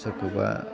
सोरखौबा